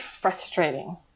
frustrating